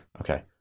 Okay